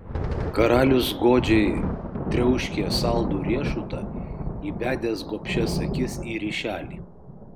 karalius godžiai triauškė saldų riešutą įbedęs gobšias akis į ryšelį